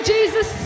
Jesus